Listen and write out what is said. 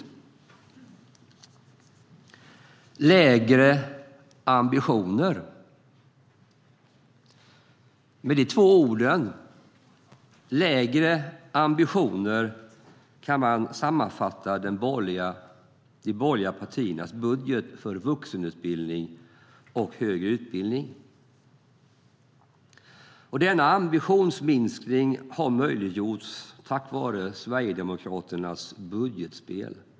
Lägre ambitioner - med dessa två ord kan man sammanfatta de borgerliga partiernas budget för vuxenutbildning och högre utbildning. Denna ambitionsminskning har möjliggjorts på grund av Sverigedemokraternas budgetspel.